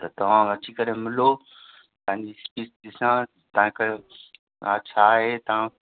त तव्हां अची करे मिलो तव्हांजी स्पीड ॾिसां तव्हां कयो हा छा आहे तव्हां